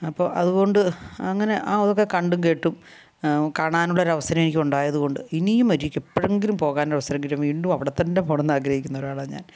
അപ്പോൾ അതുകൊണ്ട് അങ്ങനെ ആ അതൊക്കെ കണ്ടും കേട്ടും കാണാനുള്ള ഒരവസരം എനിക്ക് ഉണ്ടായത് കൊണ്ടും ഇനിയും ഒരിക്കൽ എപ്പോഴെങ്കിലും പോകാൻ അവസരം കിട്ടിയാൽ വീണ്ടും അവിടെ തന്നെ പോകണമെന്നാഗ്രഹിക്കുന്ന ഓരാളാണ് ഞാൻ